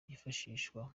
byifashishwa